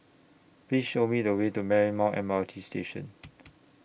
Please Show Me The Way to Marymount M R T Station